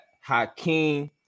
Hakeem